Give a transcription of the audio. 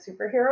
superhero